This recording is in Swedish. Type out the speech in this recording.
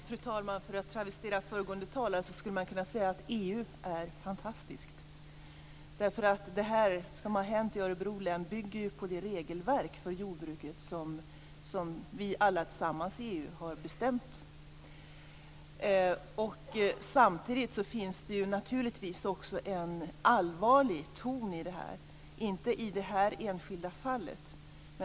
Fru talman! För att travestera tidigare talare skulle man kunna säga: EU är fantastiskt. Det som har hänt i Örebro län bygger på det regelverk för jordbruket som vi alla tillsammans i EU har bestämt. Samtidigt finns det naturligtvis också en allvarlig ton i detta, dock inte i det här enskilda fallet.